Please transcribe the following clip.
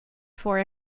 for